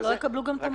שלא יקבלו גם את המענק.